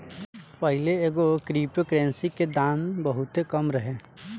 पाहिले एगो crypto currency के दाम बहुते कम रहे